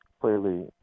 clearly